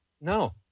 No